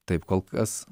taip kol kas